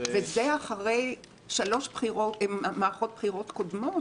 וזה אחרי שלוש מערכות בחירות קודמות,